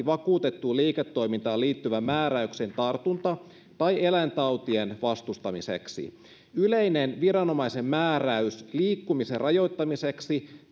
vakuutettuun liiketoimintaan liittyvän määräyksen tartunta tai eläintautien vastustamiseksi yleinen viranomaisen määräys liikkumisen rajoittamiseksi